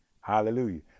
Hallelujah